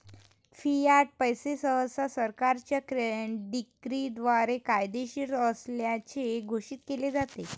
Fiat पैसे सहसा सरकारच्या डिक्रीद्वारे कायदेशीर असल्याचे घोषित केले जाते